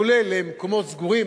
כולל מקומות סגורים,